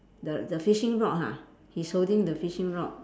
the the fishing rod ha he's holding the fishing rod